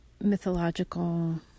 mythological